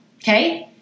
okay